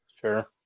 Sure